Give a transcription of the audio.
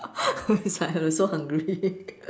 it's like we're so hungry